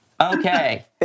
Okay